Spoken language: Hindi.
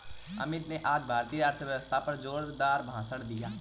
अमित ने आज भारतीय अर्थव्यवस्था पर जोरदार भाषण दिया